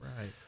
Right